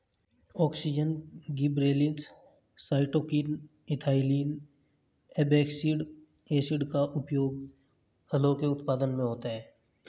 auxin, gibberellins, cytokinin, ethylene, abscisic acid का उपयोग फलों के उत्पादन में होता है